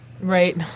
Right